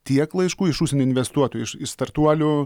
tiek laiškų iš užsienio investuotojų iš iš startuolių